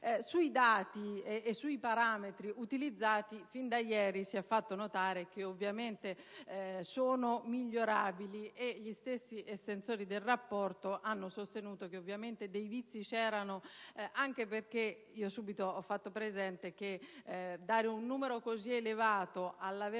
Sui dati e sui parametri utilizzati, fin da ieri si è fatto notare che ovviamente sono migliorabili e gli stessi estensori del rapporto hanno sostenuto che vi erano alcuni vizi; ad esempio ho subito fatto presente che dare un numero così elevato per